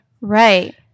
Right